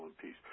peace